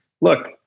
look